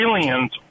aliens